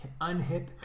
unhip